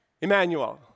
Emmanuel